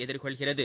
எதிர்கொள்கிறது